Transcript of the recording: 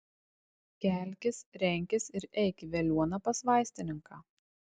kelkis renkis ir eik į veliuoną pas vaistininką